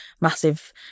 massive